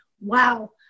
wow